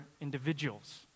individuals